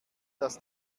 dass